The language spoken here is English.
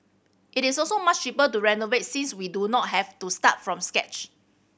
it is also much cheaper to renovate since we do not have to start from scratch